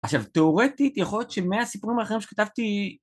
עכשיו, תיאורטית יכול להיות שמאה הסיפורים האחרים שכתבתי